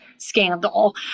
scandal